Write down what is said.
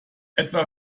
etwa